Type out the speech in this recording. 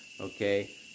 Okay